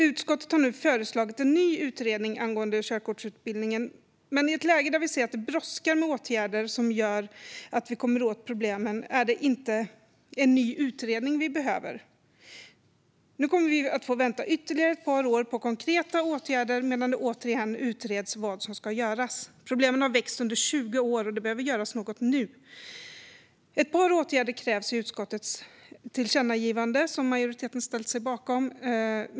Utskottet har nu föreslagit en ny utredning angående körkortsutbildningen. Men i ett läge där vi ser att åtgärder som gör att vi kommer åt problemen brådskar är det inte en ny utredning vi behöver. Nu kommer vi att få vänta ytterligare ett par år på konkreta åtgärder medan man återigen utreder vad som ska göras. Problemen har växt under 20 år, och något behöver göras nu. I utskottets tillkännagivande, som en majoritet har ställt sig bakom, finns krav på ett par åtgärder.